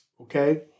Okay